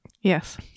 Yes